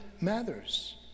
matters